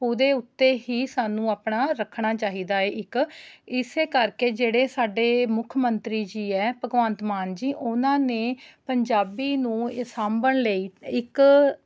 ਉਹਦੇ ਉੱਤੇ ਹੀ ਸਾਨੂੰ ਆਪਣਾ ਰੱਖਣਾ ਚਾਹੀਦਾ ਹੈ ਇੱਕ ਇਸ ਕਰਕੇ ਜਿਹੜੇ ਸਾਡੇ ਮੁੱਖ ਮੰਤਰੀ ਜੀ ਹੈ ਭਗਵੰਤ ਮਾਨ ਜੀ ਉਹਨਾਂ ਨੇ ਪੰਜਾਬੀ ਨੂੰ ਸਾਂਭਣ ਲਈ ਇੱਕ